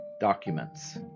documents